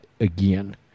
again